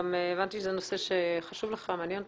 הבנתי שזה נושא שחשוב לך ומעניין אותך.